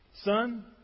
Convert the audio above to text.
Son